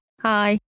Hi